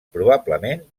probablement